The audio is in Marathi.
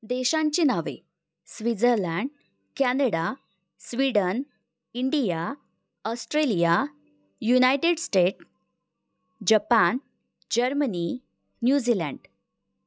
देशांची नावे Switzerland Canada Sweden India Australia United State Japan Germany New Zealand